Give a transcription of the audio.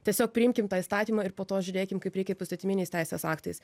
tiesiog priimkim tą įstatymą ir po to žiūrėkim kaip reikia poįstatyminiais teisės aktais